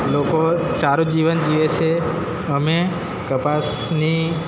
લોકો સારું જીવન જીવે છે અમે કપાસ ની